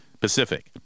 Pacific